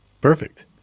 Perfect